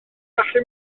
gallu